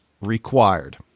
required